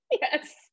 yes